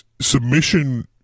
submission